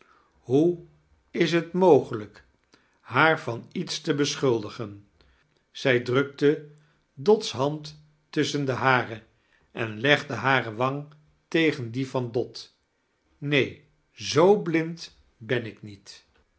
hoe is t mogelijk haar van iets te beschuldigen zij drukte dot's hand tusschen de hare en legde hare wang tegen die van dot neen zoo blind ben ik niet